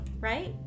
right